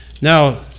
Now